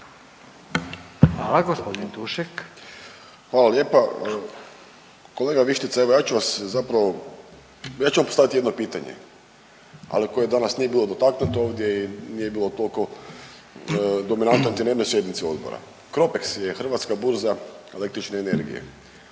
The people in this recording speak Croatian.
Žarko (HDZ)** Hvala lijepa. Kolega Vištica, evo ja ću vas zapravo, ja ću vam postavit jedno pitanje, ali koje danas nije bilo dotaknuto ovdje i nije bilo tolko dominantno niti na jednoj sjednici odbora. CROPEX je hrvatska burza električne energije